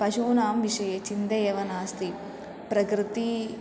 पशूनां विषये चिन्ता एव नास्ति प्रकृती